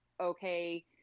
okay